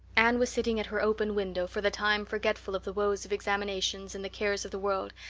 anne was sitting at her open window, for the time forgetful of the woes of examinations and the cares of the world,